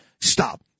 Stop